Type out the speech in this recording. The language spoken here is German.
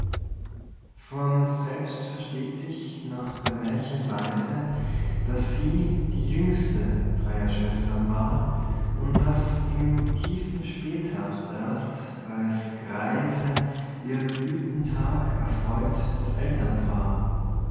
von selbst versteht sich nach der mährchen weise daß sie die jüngste dreier schwestern war und daß im tiefen spätherbst erst als greise ihr blüthentag erfreut das elternpaar